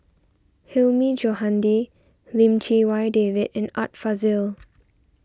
Hilmi Johandi Lim Chee Wai David and Art Fazil